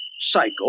Psycho